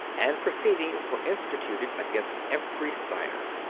and proceedings were instituted against every signer.